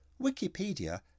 Wikipedia